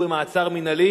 מדינות,